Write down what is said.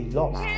lost